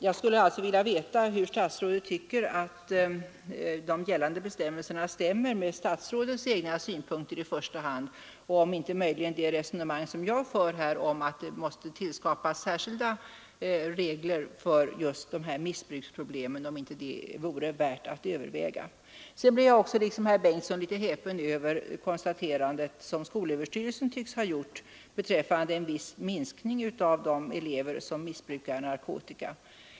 Jag skulle alltså vilja veta hur statsrådet tycker att de gällande bestämmelserna stämmer med statsrådets egna synpunkter i första hand, och om inte möjligen det som jag anfört om skapande av särskilda regler för just de här missbruksproblemen vore värt att överväga. Jag blev också, precis som herr Bengtsson i Göteborg, litet häpen över konstaterandet som skolöverstyrelsen tycks ha gjort beträffande en viss minskning av de elever som missbrukar natkotika.